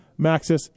maxis